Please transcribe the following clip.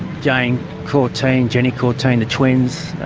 jane corteen, jenny corteen, the twins